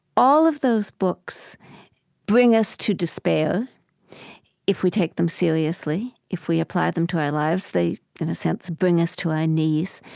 all of those books bring us to despair if we take them seriously. if we apply them to our lives they, in a sense, bring us to our knees.